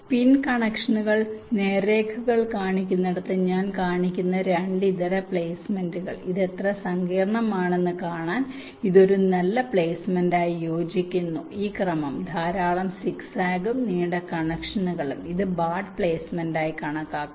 പിൻ കണക്ഷനുകൾ നേർരേഖകൾ കാണിക്കുന്നിടത്ത് ഞാൻ കാണിക്കുന്ന 2 ഇതര പ്ലെയ്സ്മെന്റുകൾ ഇത് എത്ര സങ്കീർണ്ണമാണെന്ന് കാണാൻ ഇത് ഒരു നല്ല പ്ലെയ്സ്മെന്റുമായി യോജിക്കുന്നു ഈ ക്രമം ധാരാളം സിഗ്സാഗും നീണ്ട കണക്ഷനുകളും ഇത് ബാഡ് പ്ലേസ്മെന്റായി കണക്കാക്കാം